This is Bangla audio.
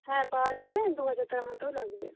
হ্যাঁ পাওয়া যাবে দু হাজার টাকার মতো লাগবে